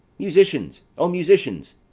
musicians, o, musicians,